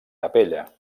capella